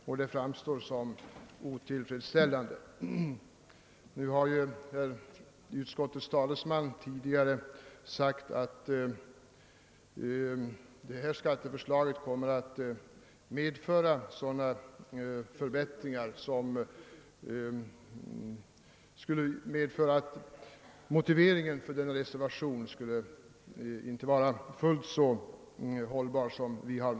Detta framstår som otillfredsställande.» Nu har utskottets talesman framhållit, att skatteförslaget kommer att medföra sådana förbättringar att motiveringen för reservationen inte är fullt så hållbar.